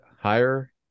higher